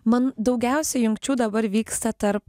man daugiausia jungčių dabar vyksta tarp